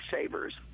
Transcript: savers